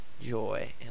joy